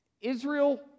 Israel